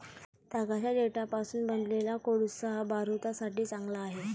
तागाच्या देठापासून बनवलेला कोळसा बारूदासाठी चांगला आहे